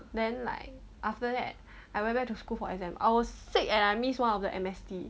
then like after that I went back to school for exam I was sick and I missed one of the M_S_D